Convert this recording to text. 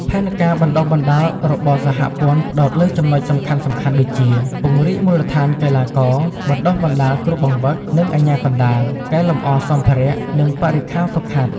ផែនការបណ្តុះបណ្តាលរបស់សហព័ន្ធផ្តោតលើចំណុចសំខាន់ៗដូចជា ពង្រីកមូលដ្ឋានកីឡាករ បណ្តុះបណ្តាលគ្រូបង្វឹក និងអាជ្ញាកណ្តាល កែលម្អសម្ភារៈ និងបរិក្ខារហ្វឹកហាត់ ។